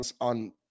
on